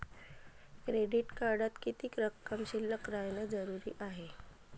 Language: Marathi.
क्रेडिट कार्डात किती रक्कम शिल्लक राहानं जरुरी हाय?